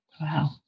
Wow